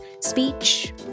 speech